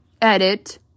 Edit